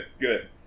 good